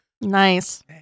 Nice